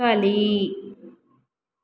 ಕಲಿ